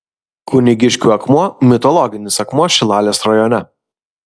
kunigiškių akmuo mitologinis akmuo šilalės rajone